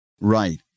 Right